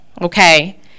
okay